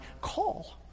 call